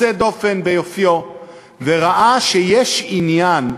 שנמצאים כאן ולשר הביטחון שאיננו נמצא כאן,